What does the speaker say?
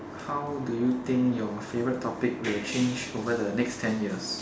how do you think your favorite topic will change over the next ten years